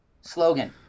slogan